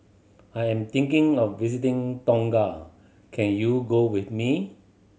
I am thinking of visiting Tonga can you go with me